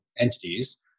entities